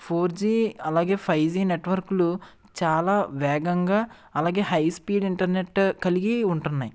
four G అలాగే five G నెట్వర్కులు చాలా వేగంగా అలాగే హై స్పీడ్ ఇంటర్నెట్ కలిగి ఉంటున్నాయి